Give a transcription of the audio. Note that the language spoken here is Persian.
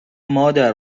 مادر